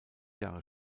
jahre